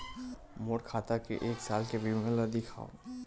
मोर खाता के एक साल के विवरण ल दिखाव?